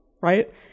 right